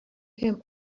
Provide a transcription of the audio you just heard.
him